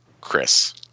Chris